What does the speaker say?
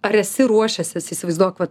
ar esi ruošęsis įsivaizduok va